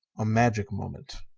a magic moment.